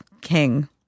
king